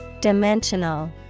Dimensional